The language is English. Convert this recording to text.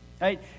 right